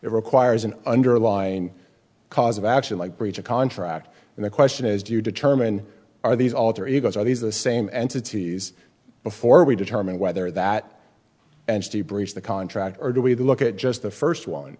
it requires an underlying cause of action like breach of contract and the question is do you determine are these alter egos are these the same entities before we determine whether that breach the contract or do we look just the first one